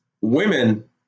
women